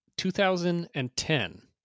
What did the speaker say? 2010